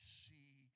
see